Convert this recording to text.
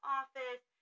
office